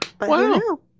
wow